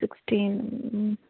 sixteen